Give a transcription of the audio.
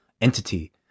entity